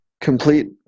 complete